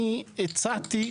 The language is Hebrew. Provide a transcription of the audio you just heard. אני הצעתי,